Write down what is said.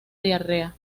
diarrea